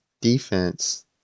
defense